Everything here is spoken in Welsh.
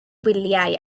wyliau